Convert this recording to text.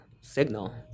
signal